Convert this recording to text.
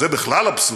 שזה בכלל אבסורד.